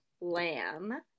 lamb